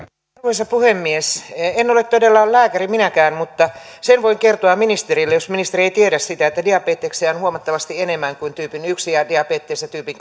arvoisa puhemies en ole todella lääkäri minäkään mutta sen voin kertoa ministerille jos ministeri ei tiedä sitä että diabeteksia on huomattavasti enemmän kuin tyypin yksi diabetes ja tyypin